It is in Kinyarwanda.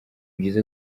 byiza